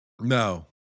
No